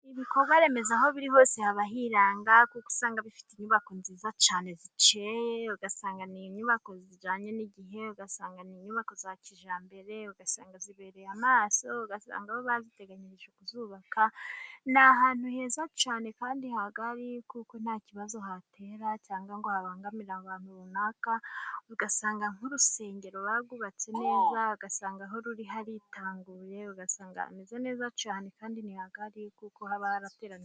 Ibikorwaremezo aho biri hose haba hiranga. Kuko usanga bifite inyubako nziza cyane zikeye. ugasanga ni inyubako zijyanye n'igihe. Ugasanga ni inyubako za kijyambere. Ugasanga zibereye amaso. Ugasanga aho baziteganyirije kuzubaka ni ahantu heza cyane kandi hagari, kuko nta kibazo hatera cyangwa ngo habangamire abantu runaka. Ugasanga nk'urusengero barwubatse neza, ugasanga aho ruri haritaruye, ugasanga hamezeze neza cyane, kandi ni hagari, kuko haba harateraniye.